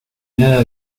nada